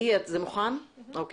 יש לי